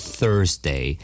Thursday